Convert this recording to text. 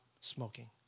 smoking